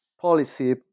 policy